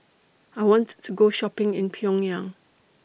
I want to Go Shopping in Pyongyang